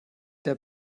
der